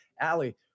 Allie